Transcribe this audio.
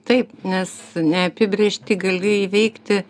taip nes neapibrėžtį gali įveikti